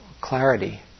clarity